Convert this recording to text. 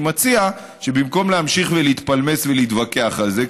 אני מציע שבמקום להמשיך להתפלמס ולהתווכח על זה,